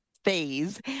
Phase